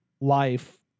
life